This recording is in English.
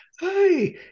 Hi